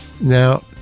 Now